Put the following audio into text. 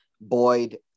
Boyd